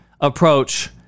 approach